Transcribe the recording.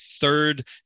third